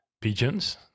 pigeons